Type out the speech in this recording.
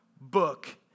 book